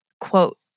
quote